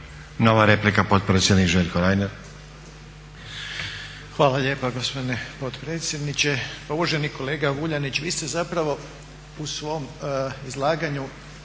Nova replika potpredsjednik Željko Reiner. **Reiner, Željko (HDZ)** Hvala lijepa gospodine potpredsjedniče. Pa uvaženi kolega Vuljanić, vi ste zapravo u svom izlaganju